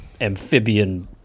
amphibian